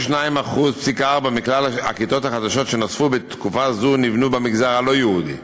32.4% מכלל הכיתות החדשות שנוספו בתקופה זו נבנו במגזר הלא-יהודי,